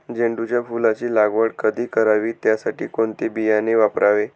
झेंडूच्या फुलांची लागवड कधी करावी? त्यासाठी कोणते बियाणे वापरावे?